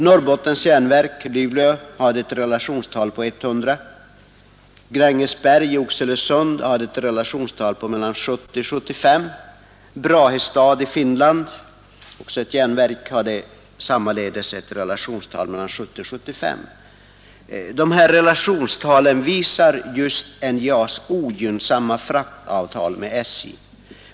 Norrbottens Järnverk, Luleå, hade ett relationstal på 100, Grängesberg, Oxelösund, 70—75 och Brahestad i Finland även 70—75. De här relationstalen visar NJA:s ogynnsamma fraktavtal med SJ.